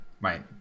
right